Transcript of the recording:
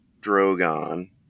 Drogon